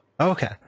okay